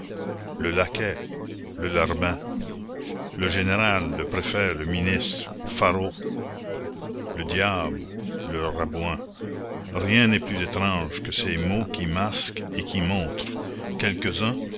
le laquais le larbin le général le préfet le ministre pharos le diable le rabouin rien n'est plus étrange que ces mots qui masquent et qui montrent quelques-uns